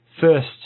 first